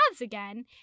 again